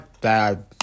bad